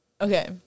Okay